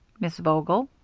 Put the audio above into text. miss vogel?